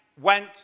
went